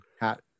hat